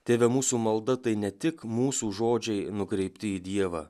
tėve mūsų malda tai ne tik mūsų žodžiai nukreipti į dievą